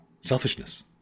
selfishness